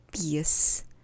peace